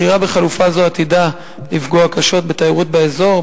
בחירה בחלופה זו עתידה לפגוע קשות בתיירות באזור,